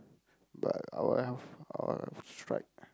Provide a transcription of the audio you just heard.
but our health our strike